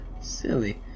Silly